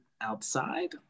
outside